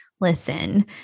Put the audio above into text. listen